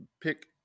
pick